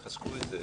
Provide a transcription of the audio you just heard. תחזקו את זה,